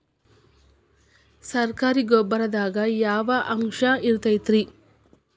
ಸರಕಾರಿ ಗೊಬ್ಬರದಾಗ ಯಾವ ಅಂಶ ಇರತೈತ್ರಿ?